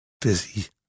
busy